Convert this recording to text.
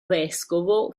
vescovo